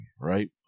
right